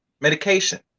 medication